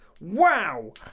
wow